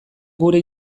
gure